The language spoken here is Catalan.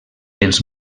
els